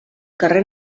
carrer